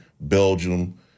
Belgium